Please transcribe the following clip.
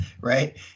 right